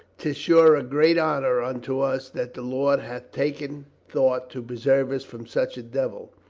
tis sure a great honor unto us that the lord hath taken thought to preserve us from such a devil.